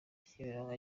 kimironko